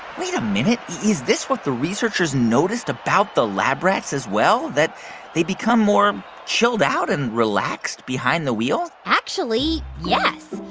wait a minute. is this what the researchers noticed about the lab rats, as well that they become more chilled out and relaxed behind the wheel? actually, yes.